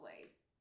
ways